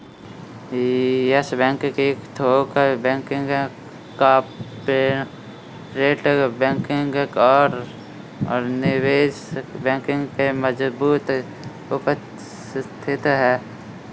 yes Bank की थोक banking, corporate banking और निवेश बैंकिंग में मजबूत उपस्थिति है